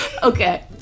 Okay